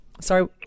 Sorry